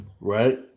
right